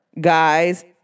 guys